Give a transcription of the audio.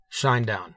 Shinedown